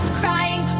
crying